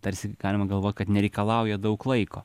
tarsi galima galvot kad nereikalauja daug laiko